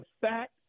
fact